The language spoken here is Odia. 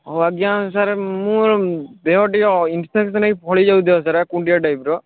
ହଉ ଆଜ୍ଞା ସାର୍ ମୁଁ ଦେହ ଟିକେ ଇନ୍ଫେକ୍ସନ୍ ହେଇ ଫଳି ଯାଉଛି ଦେହ ସାରା କୁଣ୍ଡିଆ ଟାଇପ୍ର